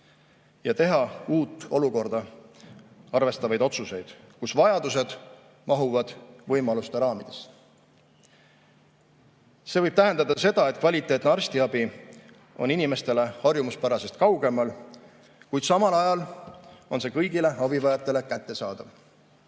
ja teha uut olukorda arvestavaid otsuseid, kus vajadused mahuvad võimaluste raamidesse. See võib tähendada seda, et kvaliteetne arstiabi on inimestele harjumuspärasest kaugemal, kuid samal ajal on see kõigile abivajajatele kättesaadav.